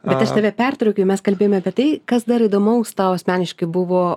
bet aš tave pertraukiau mes kalbėjome apie tai kas dar įdomaus tau asmeniškai buvo